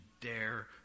dare